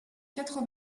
quatre